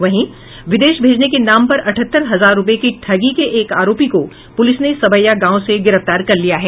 वहीं विदेश भेजने के नाम पर अठहत्तर हजार रुपये की ठगी के एक आरोपी को पुलिस ने सबैया गांव से गिरफ्तार कर लिया है